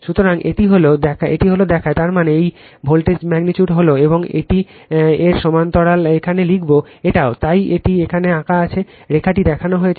সুতরাং এটি এই দেখায় তার মানে এই ভোল্টেজ ম্যাগনিটিউড হল এবং এটি এর সমান্তরাল এখানে লিখবে এটাও তাই এটি এখানে আঁকা হয়েছে রেখাটি দেখানো হয়েছে